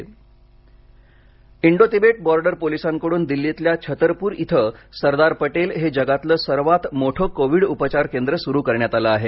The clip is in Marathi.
Indo Tibet border police Indo Tibet border पोलिसांकडून दिल्लीतल्या छतरपूर इथं सरदार पटेल हे जगातल सर्वात मोठ कोविड उपचार केंद्र सुरु करण्यात आलं आहे